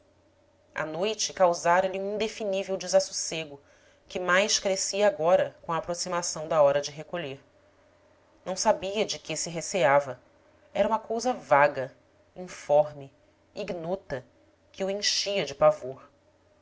a noite causara lhe um indefinível desassossego que mais crescia agora com a aproximação da hora de recolher não sabia de que se receava era uma cousa vaga informe ignota que o enchia de pavor